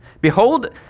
Behold